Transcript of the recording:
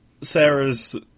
Sarah's